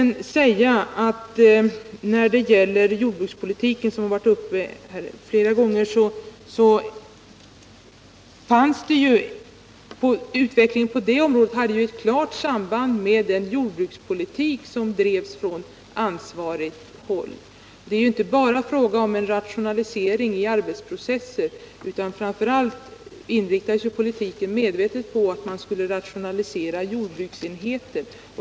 När det sedan gäller jordbrukspolitiken, som har varit uppe flera gånger, har utvecklingen på det området haft ett klart samband med den jordbrukspolitik som tidigare drevs från ansvarigt håll. Det har inte bara handlat om en rationalisering i arbetsprocesser, utan framför allt varit en politik som medvetet inriktats på att man skall rationalisera jordbruksenheter.